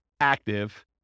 active